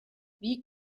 wie